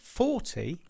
forty